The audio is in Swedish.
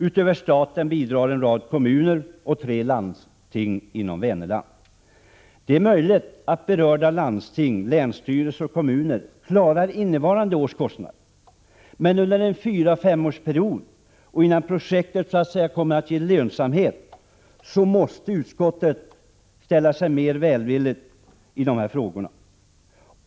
Förutom staten bidrar en rad kommuner och tre landsting inom Vänerland. Det är möjligt att berörda landsting, länsstyrelser och kommuner kan klara av ifrågavarande års kostnad, men under en fyra-femårsperiod — den tid det beräknas ta innan projektet ger lönsamhet — måste utskottet ställa sig mer välvilligt till de här frågorna.